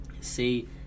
see